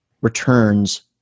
returns